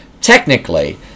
technically